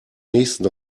nächsten